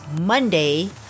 Monday